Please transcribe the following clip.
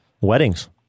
weddings